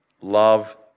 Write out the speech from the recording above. love